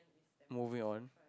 moving on